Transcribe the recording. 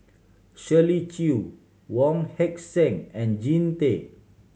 Shirley Chew Wong Heck Sing and Jean Tay